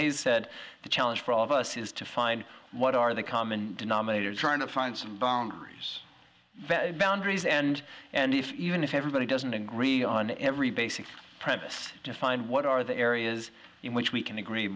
hayes said the challenge for all of us is to find what are the common denominator trying to find some boundaries boundaries and and if even if everybody doesn't agree on every basic premise defined what are the areas in which we can agree